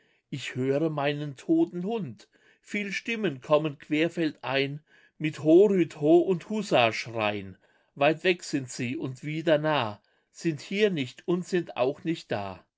ich höre meinen toten hund viel stimmen kommen querfeldein mit ho rüd ho und hussaschrei'n weit weg sind sie und wieder nah sind hier nicht und sind auch nicht da